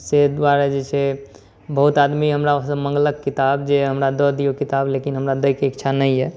से दुआरे जे छै बहुत आदमी हमरासँ माँगलक किताब जे हमरा दऽ दिअऽ किताब लेकिन हमरा दैके इच्छा नहि अइ